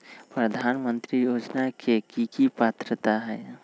प्रधानमंत्री योजना के की की पात्रता है?